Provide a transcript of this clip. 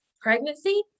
pregnancy